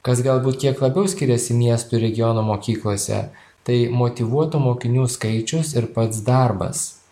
kas galbūt kiek labiau skiriasi miestų ir regionų mokyklose tai motyvuotų mokinių skaičius ir pats darbas